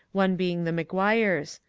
one being the mcguires.